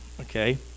okay